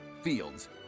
Fields